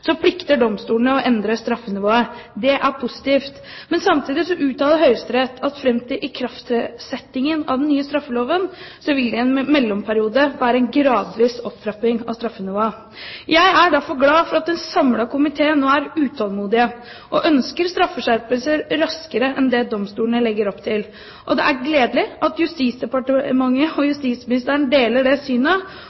plikter domstolene å endre straffenivået. Det er positivt. Men samtidig uttaler Høyesterett at fram til ikraftsettingen av den nye straffeloven vil det i en mellomperiode være en gradvis opptrapping av straffenivået. Jeg er derfor glad for at en samlet komité nå er utålmodig og ønsker straffeskjerpelser raskere enn det domstolene legger opp til. Og det er gledelig at Justisdepartementet og